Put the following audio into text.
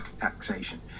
taxation